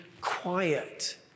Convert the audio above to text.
quiet